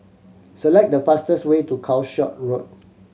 select the fastest way to Calshot Road